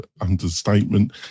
understatement